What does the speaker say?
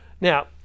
now